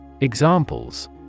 Examples